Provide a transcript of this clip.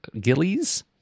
Gillies